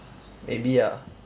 maybe ah